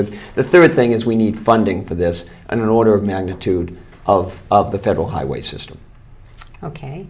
with the third thing is we need funding for this and an order of magnitude of of the federal highway system ok